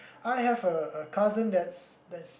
I have a a cousin that's that's